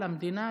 למדינה,